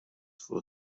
for